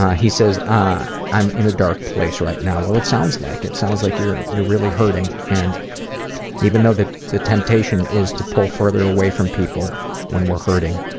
he says ah i'm in a dark place right now. well, it sounds like it, it sounds like you're you're really hurting. and even though the the temptation is to pull further away from people when we're hurting,